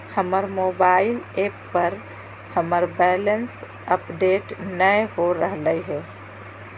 हमर mobile app पर हमर बैलेंस अपडेट नय हो रहलय हें